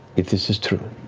if this is true,